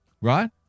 right